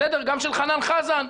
גם של חנן חזן.